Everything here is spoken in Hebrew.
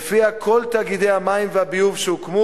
שלפיה כל תאגידי המים והביוב שהוקמו